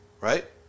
Right